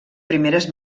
primeres